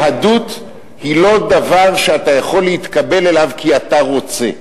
יהדות היא לא דבר שאתה יכול להתקבל אליו כי אתה רוצה,